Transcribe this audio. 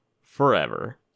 forever